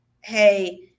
hey